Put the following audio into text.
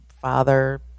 father